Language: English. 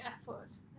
efforts